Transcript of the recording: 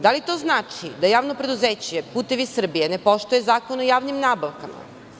Da li to znači da Javno preduzeće "Putevi Srbije" ne poštuje Zakon o javnim nabavkama?